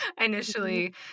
initially